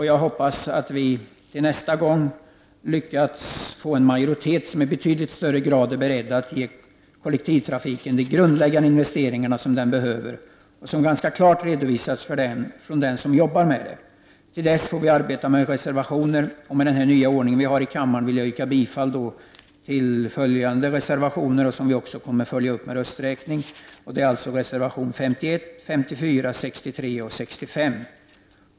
Jag hoppas att vi till nästa gång lyckas få en majoritet som i betydligt högre grad är beredd att ge kollektivtrafiken medel till de grundläggande investeringar som behövs och som ganska klart har redovisats av dem som arbetar med detta. Till dess får vi fortsätta att arbeta med hjälp av reservationer. Med den nyordning som införts i kammaren vill jag yrka bifall till följande reservationer, som vi också kommer att följa upp med rösträkning: 51, 54, 63 och 65.